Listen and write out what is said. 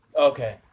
Okay